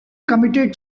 committed